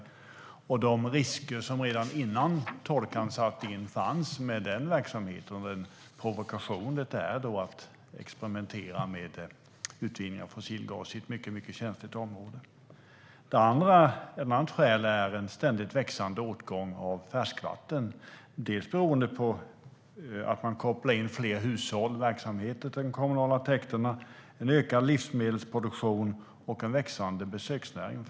Det handlar om de risker som redan innan torkan satte in fanns med den verksamheten och den provokation det är att experimentera med utvinning av fossilgas i ett mycket känsligt område. En annan bakgrund är att det är en ständigt växande åtgång av färskvatten. Det beror delvis på att man kopplar in fler hushåll och verksamheter till de kommunala täkterna. Och det beror på en ökad livsmedelsproduktion och på en växande besöksnäring.